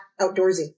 outdoorsy